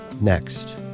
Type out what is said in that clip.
next